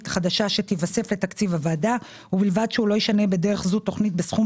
חדשה שתיווסף לתקציב הוועדה ובלבד שהוא לא יישנה בדרך זו תוכנית בסכום